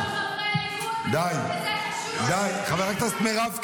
תעשי לי טובה --- מה את עשית למען החטופים?